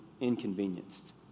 inconvenienced